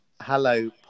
Hello